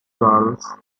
girls